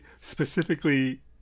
specifically